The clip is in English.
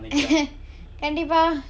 கண்டிப்பா:kandippaa